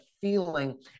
feeling